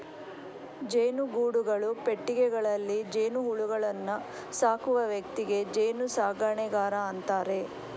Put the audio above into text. ಜೇನುಗೂಡುಗಳು, ಪೆಟ್ಟಿಗೆಗಳಲ್ಲಿ ಜೇನುಹುಳುಗಳನ್ನ ಸಾಕುವ ವ್ಯಕ್ತಿಗೆ ಜೇನು ಸಾಕಣೆಗಾರ ಅಂತಾರೆ